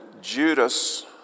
Judas